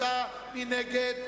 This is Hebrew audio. מי נגד?